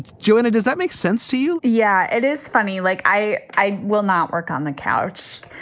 joanna, does that make sense to you? yeah, it is funny. like i i will not work on the couch.